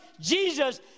Jesus